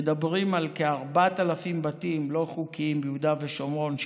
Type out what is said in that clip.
מדברים על כ-4,000 בתים לא חוקיים ביהודה ושומרון,